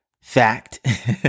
Fact